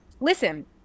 listen